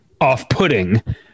off-putting